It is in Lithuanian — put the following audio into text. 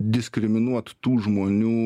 diskriminuot tų žmonių